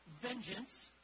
vengeance